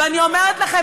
ואני אומרת לכם,